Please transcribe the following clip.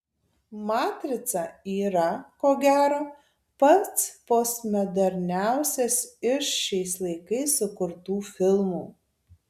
matrica yra ko gero pats postmoderniausias iš šiais laikais sukurtų filmų